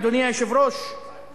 אדוני היושב-ראש,